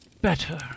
better